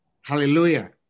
hallelujah